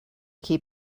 keep